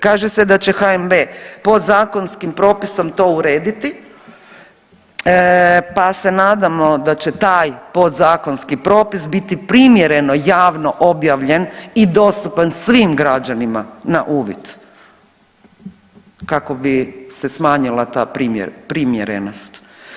Kaže se da će HNB podzakonskim propisom to urediti pa se nadamo da će taj podzakonski propis biti primjereno javno objavljen i dostupan svim građanima na uvid, kako bi se smanjila ta primjerenost.